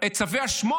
את צווי ה-8